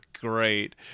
great